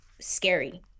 scary